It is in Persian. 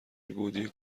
گودی